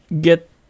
get